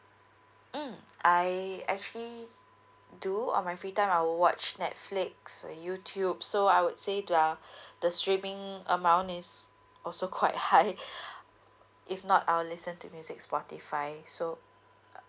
mm I actually do on my free time I will watch netflix youtube so I would say the the streaming amount is also quite high if not I'll listen to music spotify so uh